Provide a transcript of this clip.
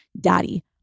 daddy